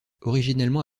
originellement